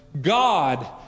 God